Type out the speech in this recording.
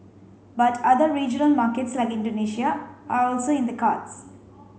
but other regional markets like Indonesia are also in the cards